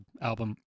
album